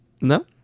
No